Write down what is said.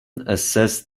assessed